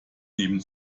nehmen